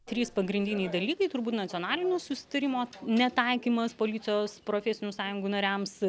trys pagrindiniai dalykai turbūt nacionalinio susitarimo netaikymas policijos profesinių sąjungų nariams